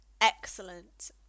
excellent